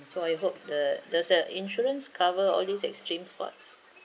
so I hope the does the insurance cover all these extreme sports